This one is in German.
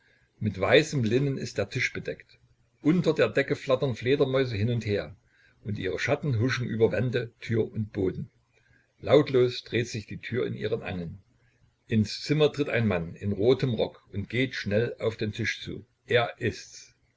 mit weißem linnen ist der tisch bedeckt unter der decke flattern fledermäuse hin und her und ihre schatten huschen über wände tür und boden lautlos dreht sich die tür in ihren angeln ins zimmer tritt ein mann in rotem rock und geht schnell auf den tisch zu er ist's